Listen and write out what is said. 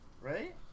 Right